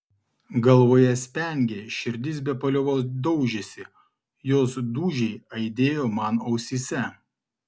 galvoje spengė širdis be paliovos daužėsi jos dūžiai aidėjo man ausyse